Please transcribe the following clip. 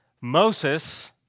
Moses